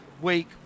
week